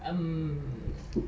um